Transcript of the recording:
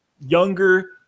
younger